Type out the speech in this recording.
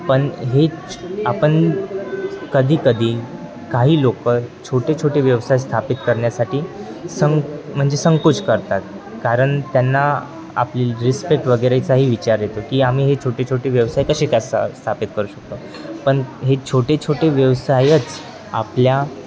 पण हेच आपण कधीकधी काही लोक छोटे छोटे व्यवसाय स्थापित करण्यासाठी संक म्हणजे संकोच करतात कारण त्यांना आपली रिस्पेक्ट वगैरेचाही विचार येतो की आम्ही हे छोटे छोटी व्यवसाय कसे काय सा स्थापित करू शकतो पण हे छोटे छोटे व्यवसायच आपल्या